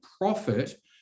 profit